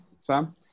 sam